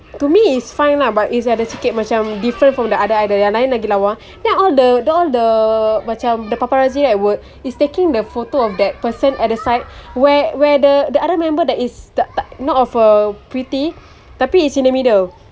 to me it's fine lah but it's ada sikit macam different daripada ada ada lain lagi lawa then all the all the macam the paparazzi right would is taking the photo of that person at the side where where the the other member that is tak tak not of a pretty tapi is in the middle